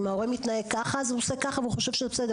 אם ההורה מתנהג ככה אז הוא עושה ככה והוא חושב שהוא בסדר.